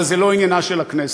אבל זה לא עניינה של הכנסת.